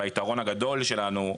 והיתרון הגדול שלנו,